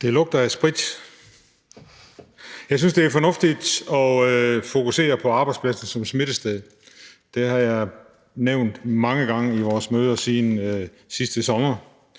Juhl (EL): Jeg synes, det er fornuftigt at fokusere på arbejdspladsen som smittested. Det har jeg nævnt mange gange i vores møder siden sidste sommer.